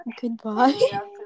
Goodbye